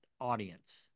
audience